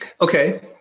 Okay